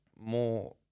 more